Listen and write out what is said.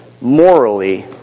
morally